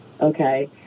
okay